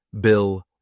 Bill